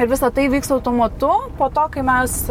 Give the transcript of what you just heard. ir visa tai vyks automatu po to kai mes